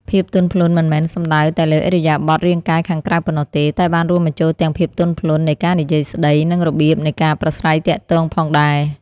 ភាពទន់ភ្លន់មិនមែនសំដៅតែលើឥរិយាបថរាងកាយខាងក្រៅប៉ុណ្ណោះទេ តែបានរួមបញ្ចូលទាំងភាពទន់ភ្លន់នៃការនិយាយស្ដី និងរបៀបនៃការប្រាស្រ័យទាក់ទងផងដែរ។